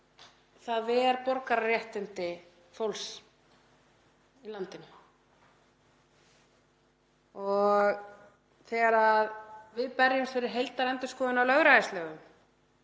það ver borgararéttindi fólks í landinu. Þegar við berjumst fyrir heildarendurskoðun á lögræðislögum